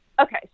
Okay